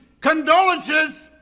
Condolences